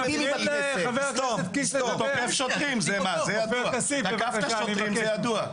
תקפת שוטרים, זה ידוע.